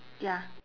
ya